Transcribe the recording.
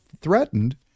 threatened